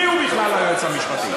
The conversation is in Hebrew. מיהו בכלל היועץ המשפטי?